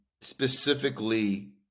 specifically